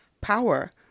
power